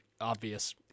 obvious